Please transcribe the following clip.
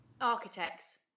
Architects